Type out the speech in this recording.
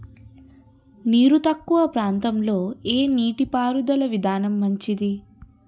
నీరు తక్కువ ప్రాంతంలో ఏ నీటిపారుదల విధానం మంచిది?